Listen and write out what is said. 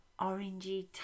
orangey